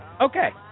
Okay